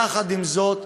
יחד עם זאת,